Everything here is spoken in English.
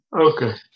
Okay